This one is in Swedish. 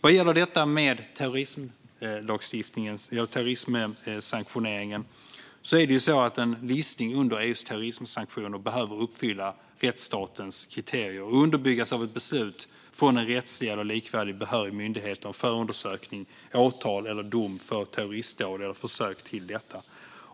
Vad gäller detta med terrorismsanktioner är det ju så att en listning under EU:s terrorismsanktioner behöver uppfylla rättsstatens kriterier och underbyggas av ett beslut från en rättslig eller likvärdig behörig myndighet om förundersökning, åtal eller dom för terroristdåd eller försök till detta.